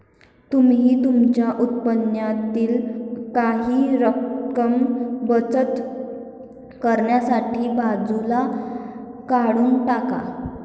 तुम्ही तुमच्या उत्पन्नातील काही रक्कम बचत करण्यासाठी बाजूला काढून टाका